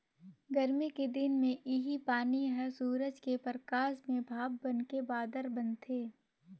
गरमी के दिन मे इहीं पानी हर सूरज के परकास में भाप बनके बादर बनथे